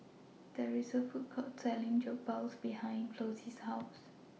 There IS A Food Court Selling Jokbal behind Flossie's House